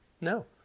No